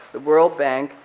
the world bank,